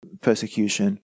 persecution